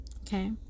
Okay